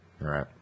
right